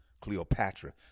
Cleopatra